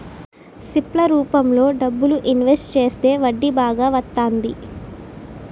SIP ల రూపంలో డబ్బులు ఇన్వెస్ట్ చేస్తే వడ్డీ బాగా వత్తంది